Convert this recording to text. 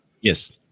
Yes